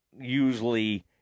usually